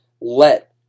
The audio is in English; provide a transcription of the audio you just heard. let